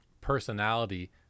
personality